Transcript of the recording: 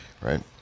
right